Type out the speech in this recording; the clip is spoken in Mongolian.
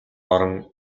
орон